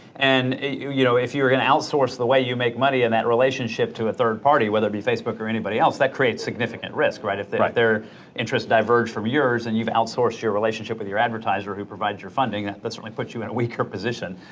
and you you know, if you're gonna outsource the way you make money in that relationship to a third party, whether it be facebook or anybody else, that creates significant risk, right? if their like their interests diverge from yours and you've outsourced your relationship with your advertiser who provides your funding, that but certainly puts you in a weaker position.